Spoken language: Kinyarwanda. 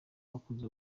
bakoze